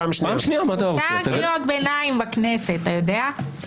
מותר קריאות ביניים בכנסת, אתה יודע?